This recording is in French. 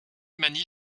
manie